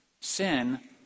sin